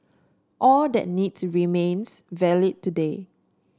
all that need to remains valid today